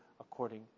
according